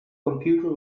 computer